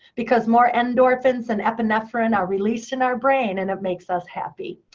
because more endorphins and epinephrine are released in our brain, and it makes us happy.